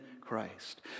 Christ